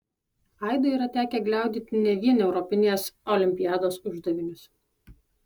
aidui yra tekę gliaudyti ne vien europinės olimpiados uždavinius